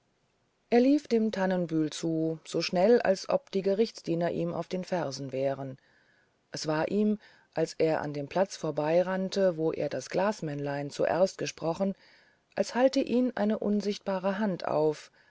er lief dem tannenbühl zu so schnell als ob die gerichtsdiener ihm auf den fersen wären es war ihm als er an dem platz vorbeirannte wo er das glasmännlein zuerst gesprochen als halte ihn eine unsichtbare hand auf